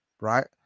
right